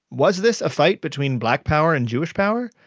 was this a fight between black power and jewish power?